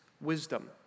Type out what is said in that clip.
wisdom